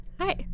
Hi